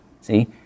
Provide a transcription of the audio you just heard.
See